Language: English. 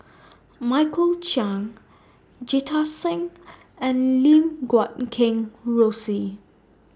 Michael Chiang Jita Singh and Lim Guat Kheng Rosie